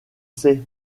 c’est